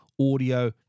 audio